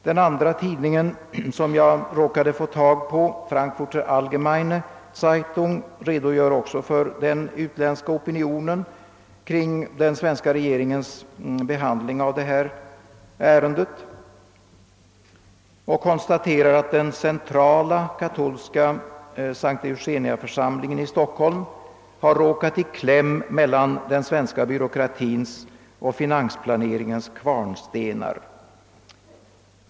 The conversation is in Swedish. Den andra tidning som jag råkade få tag i, Frankfurter Allgemeine Zeitung, redogör också för den utländska opinionen kring den svenska regeringens behandling av detta ärende och konstaterar, att den centrala katolska S:t Eugeniaförsamlingen i Stockholm har råkat i kläm mellan den svenska byråkratins och finansplaneringens kvarnstenar.